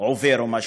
עובר או משהו.